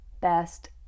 best